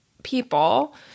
people